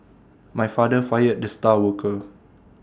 my father fired the star worker